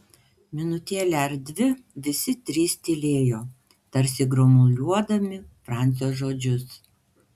minutėlę ar dvi visi trys tylėjo tarsi gromuliuodami francio žodžius